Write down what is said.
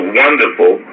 wonderful